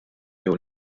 jew